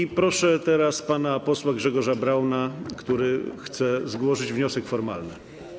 I proszę teraz pana posła Grzegorza Brauna, który chce złożyć wniosek formalny.